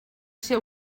ser